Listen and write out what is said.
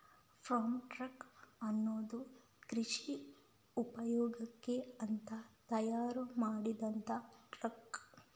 form truck ಅನ್ನುದು ಕೃಷಿ ಉಪಯೋಗಕ್ಕೆ ಅಂತ ತಯಾರು ಮಾಡಿದಂತ ಟ್ರಕ್